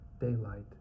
daylight